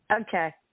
Okay